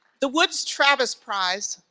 the woods travis prize,